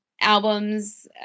albums